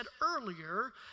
earlier